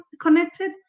connected